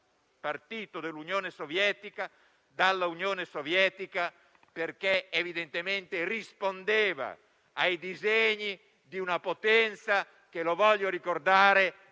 lire) dall'Unione Sovietica. Evidentemente rispondeva ai disegni di una potenza che - lo voglio ricordare